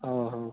ହେଉ